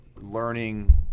learning